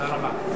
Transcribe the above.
תודה רבה.